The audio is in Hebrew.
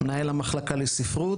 מנהל המחלקה לספרות.